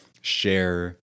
share